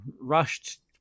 rushed